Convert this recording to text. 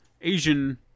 Asian